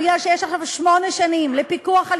בגלל שיש עכשיו שמונה שנים לפיקוח על